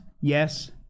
yes